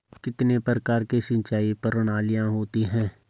कितने प्रकार की सिंचाई प्रणालियों होती हैं?